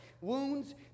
wounds